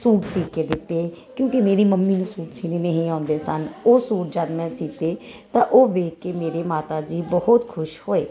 suit ਸੀ ਕੇ ਦਿੱਤੇ ਕਿਉਂਕੀ ਮੇਰੀ ਮੰਮੀ ਨੂੰ ਸੂਟ ਸੀਨੇ ਨਹੀਂ ਆਉਂਦੇ ਸਨ ਉਹ ਸੂਟ ਜਦ ਮੈਂ ਸੀਤੇ ਤਾਂ ਉਹ ਵੇਖ ਕੇ ਮੇਰੇ ਮਾਤਾ ਜੀ ਬਹੁਤ ਖੁਸ਼ ਹੋਏ